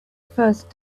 first